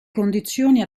condizioni